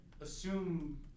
assume